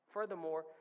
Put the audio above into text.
Furthermore